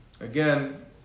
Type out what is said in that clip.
Again